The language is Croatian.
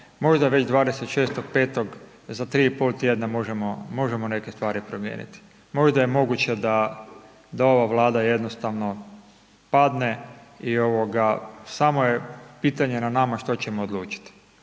možda već 26.5., za 3 i pol tjedna možemo neke stvari promijeniti. Možda je moguće da ova Vlada jednostavno padne i samo je pitanje na nama što ćemo odlučiti,